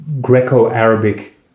Greco-Arabic